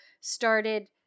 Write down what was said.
started